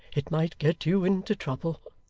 it might get you into trouble.